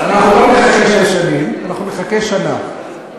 אנחנו לא נחכה שש שנים,